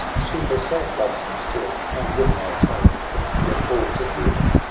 she herself loves them still, and, when they are told, can forget all to hear them,